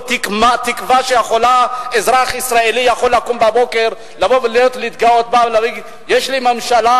לא תקווה שיכול אזרח ישראלי לקום בבוקר ולהתגאות בה ולהגיד יש לי ממשלה,